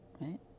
right